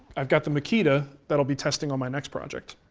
i've got the makita that i'll be testing on my next project